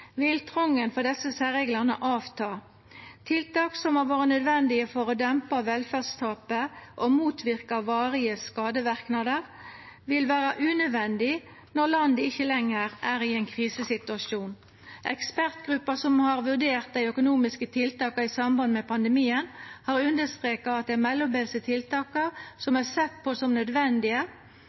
vil trongen for desse særreglane avta. Tiltak som har vore nødvendige for å dempa velferdstapet og motverka varige skadeverknader, vil vera unødvendige når landet ikkje lenger er i ein krisesituasjon. Ekspertgruppa som har vurdert dei økonomiske tiltaka i samband med pandemien, har understreka at dei mellombelse tiltaka, som er sett på som nødvendige